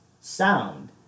sound